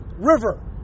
river